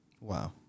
Wow